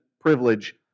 privilege